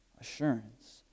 assurance